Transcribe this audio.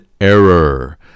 error